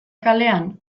kalean